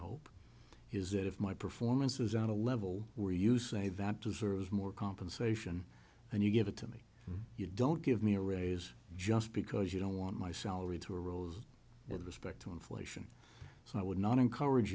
hope is that if my performances on a level where you say that deserves more compensation and you give it to me you don't give me a raise just because you don't want my salary to rules with respect to inflation so i would not encourage